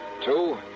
Two